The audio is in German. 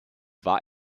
war